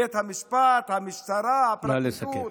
בית המשפט, המשטרה, הפרקליטות -- נא לסיים.